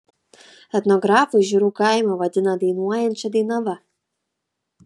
etnografai žiūrų kaimą vadina dainuojančia dainava